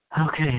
Okay